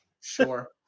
Sure